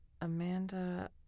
Amanda